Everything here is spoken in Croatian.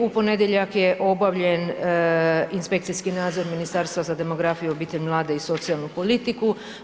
U ponedjeljak je obavljen inspekcijski nadzor Ministarstva za demografiju, obitelj, mlade i socijalnu politiku.